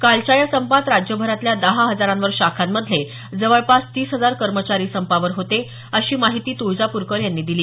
कालच्या या संपात राज्यभरातल्या दहा हजारावर शाखांमधले जवळपास तीस हजार कर्मचारी संपावर होते अशी माहिती तुळजापूरकर यांनी दिली